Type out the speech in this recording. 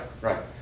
right